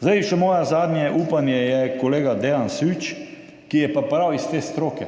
Moje še zadnje upanje je kolega Dejan Süč, ki je pa prav iz te stroke.